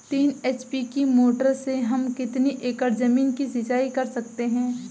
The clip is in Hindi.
तीन एच.पी की मोटर से हम कितनी एकड़ ज़मीन की सिंचाई कर सकते हैं?